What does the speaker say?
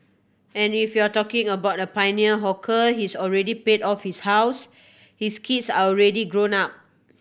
and if you're talking about a pioneer hawker he's already paid off his house his kids are already grown up